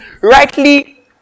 rightly